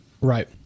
Right